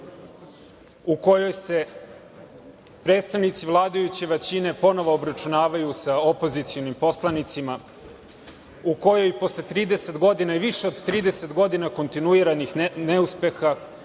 u kojoj se predstavnici vladajuće većine ponovo obračunavaju sa opozicionom poslanicima, u kojoj posle 30 godina i više od 30 godina kontinuiranih neuspeha